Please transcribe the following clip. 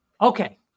Okay